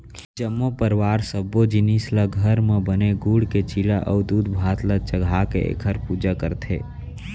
जम्मो परवार सब्बो जिनिस ल घर म बने गूड़ के चीला अउ दूधभात ल चघाके एखर पूजा करथे